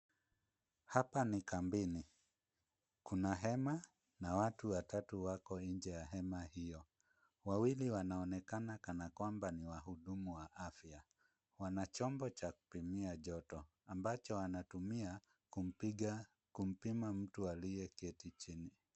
Hapa ni kambini. Kuna hema na watu watatu wako nje ya hema hiyo. Wawili wanaonekana kana kwamba ni wahudumu wa afya. Wana chombo cha kupimia joto ambacho wanatumia kumpima mtu aliyeketi chini.